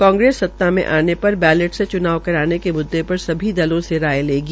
कांग्रेस सता में आने पर बैलेट से चूनाव कराने के मुददे पर सभी दलों से राय लेगी